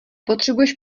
potřebuješ